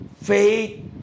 faith